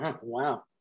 Wow